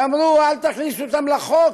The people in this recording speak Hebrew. ואמרו: אל תכניסו אותם לחוק,